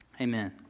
amen